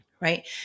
right